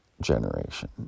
generation